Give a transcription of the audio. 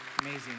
Amazing